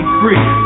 free